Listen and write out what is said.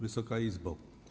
Wysoka Izbo!